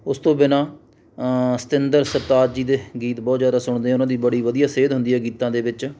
ਉਸ ਤੋਂ ਬਿਨਾ ਸਤਿੰਦਰ ਸਰਤਾਜ ਜੀ ਦੇ ਗੀਤ ਬਹੁਤ ਜ਼ਿਆਦਾ ਸੁਣਦੇ ਉਨ੍ਹਾਂ ਦੀ ਬੜੀ ਵਧੀਆ ਸੇਧ ਹੁੰਦੀ ਹੈ ਗੀਤਾਂ ਦੇ ਵਿੱਚ